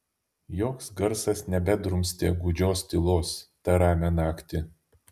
joks garsas nebedrumstė gūdžios tylos tą ramią naktį